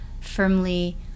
firmly